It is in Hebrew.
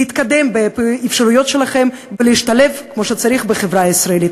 להתקדם באפשרויות שלכם ולהשתלב כמו שצריך בחברה הישראלית.